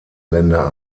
länder